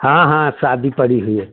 हाँ हाँ शादी पड़ी हुई है